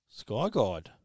Skyguide